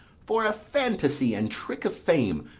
for a fantasy and trick of fame,